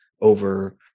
over